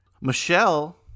Michelle